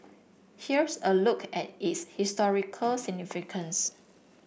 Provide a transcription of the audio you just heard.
here's a look at its historical significance